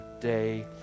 day